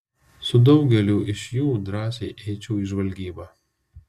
su daugeliu iš jų drąsiai eičiau į žvalgybą